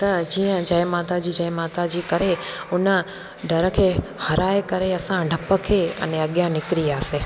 त जीअं जय माता जी जय माता जी करे उन डर खे हराए करे असां डप खे अने अॻियां निकिरी वियासीं